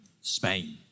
Spain